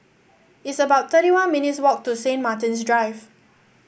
it's about thirty one minutes' walk to Saint Martin's Drive